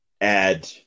add